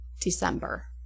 december